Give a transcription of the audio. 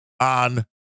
on